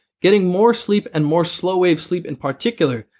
getting more sleep, and more slow wave sleep in particular,